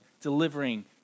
delivering